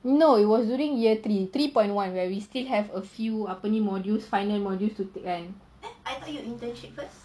no it was during year three three point one where we still have a few attorney modules final modules to the end